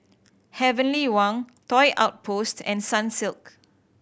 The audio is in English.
Heavenly Wang Toy Outpost and Sunsilk